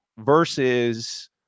Versus